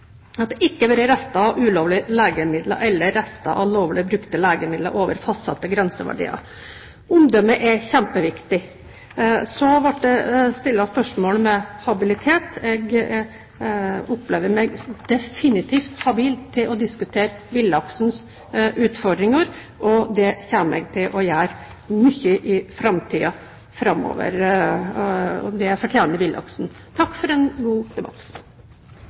at det ikke har vært rester av ulovlige legemidler eller rester av lovlig brukte legemidler over fastsatte grenseverdier. Omdømmet er kjempeviktig. Det ble stilt spørsmål ved habilitet. Jeg opplever meg definitivt som habil til å diskutere villaksens utfordringer, og det kommer jeg til å gjøre mye i framtiden. Det fortjener villaksen. Takk for en god debatt.